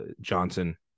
Johnson